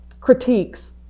critiques